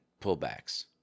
pullbacks